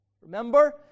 Remember